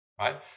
Right